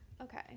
okay